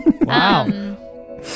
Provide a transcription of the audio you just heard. Wow